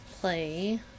play